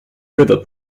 river